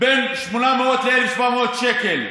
בין 800 ל-1,700 שקל.